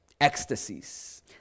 ecstasies